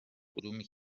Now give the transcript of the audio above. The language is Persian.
علومی